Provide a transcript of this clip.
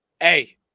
hey